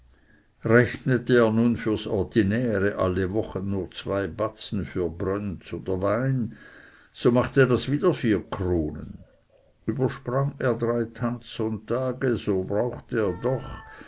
rechnete er nun fürs ordinäre alle wochen nur zwei batzen für brönz oder wein so machte das wieder vier kronen übersprang er drei tanzsonntage so brauchte er doch